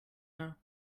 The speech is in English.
her